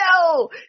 no